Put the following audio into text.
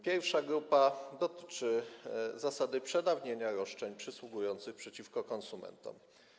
Pierwsza grupa dotyczy zasady przedawnienia roszczeń przysługujących przeciwko konsumentom.